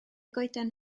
goeden